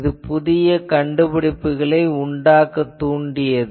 இது புதிய கண்டுபிடிப்புகளை உண்டாக்கத் தூண்டியது